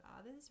others